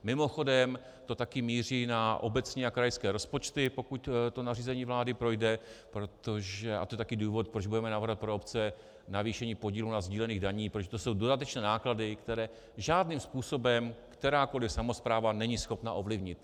Mimochodem to také míří na obecní a krajské rozpočty, pokud to nařízení vlády projde, a to je také důvod, proč budeme navrhovat pro obce navýšení podílu na sdílených daních, protože to jsou dodatečné náklady, které žádným způsobem kterákoliv samospráva není schopna ovlivnit.